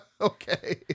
Okay